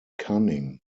cunning